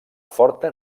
forta